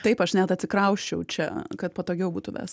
taip aš net atsikrausčiau čia kad patogiau būtų ves